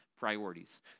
priorities